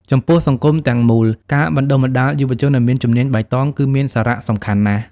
ចំពោះសង្គមទាំងមូល ការបណ្ដុះបណ្ដាលយុវជនឱ្យមានជំនាញបៃតងគឺមានសារៈសំខាន់ណាស់។